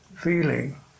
Feeling